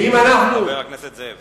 חבר הכנסת זאב.